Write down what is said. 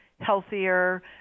healthier